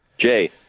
Jay